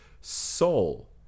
soul